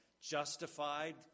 justified